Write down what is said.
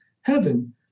heaven